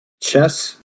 Chess